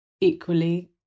equally